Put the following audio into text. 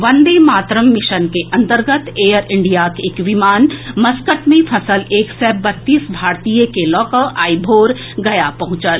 Vande Bharat mission के अंतर्गत air इंडियाक एक विमान मस्कत मे फंसल एक सय बत्तीस भारतीय के लऽ कऽ आई भोर गया पहुंचल